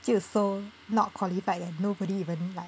就 so not qualified that nobody even like